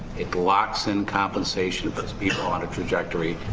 it locks in compensation of those people on a trajectory,